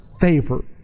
favor